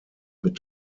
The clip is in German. mit